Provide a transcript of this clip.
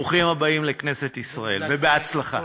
ברוכים הבאים לכנסת ישראל ובהצלחה.